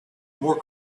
more